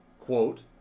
quote